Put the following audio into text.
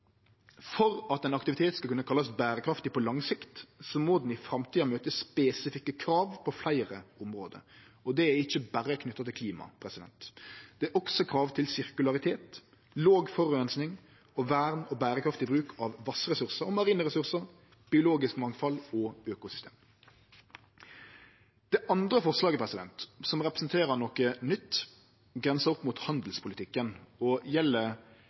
For at ein aktivitet skal kunne kallast berekraftig på lang sikt, må han i framtida møte spesifikke krav på fleire område. Det er ikkje berre knytt til klima. Det er også krav til sirkularitet, låg forureining og vern og berekraftig bruk av vassressursar og marine ressursar, biologisk mangfald og økosystem. Det andre forslaget som representerer noko nytt, grensar opp mot handelspolitikken og gjeld